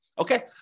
okay